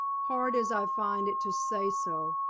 hard as i find it to say so.